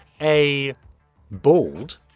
A-bald